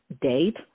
date